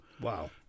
Wow